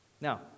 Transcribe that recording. Now